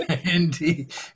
Indeed